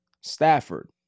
Stafford